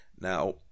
Now